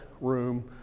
room